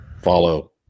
follow